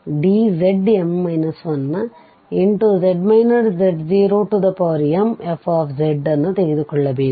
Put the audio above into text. z→z0dm 1dzm 1z z0mfz ವನ್ನು ತೆಗೆದುಕೊಳ್ಳಬೇಕು